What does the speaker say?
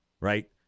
right